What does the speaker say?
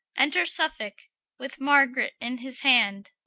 enter suffolke with margaret in his hand.